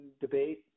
debate